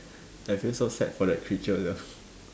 I feel so sad for that creature sia